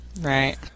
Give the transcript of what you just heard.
Right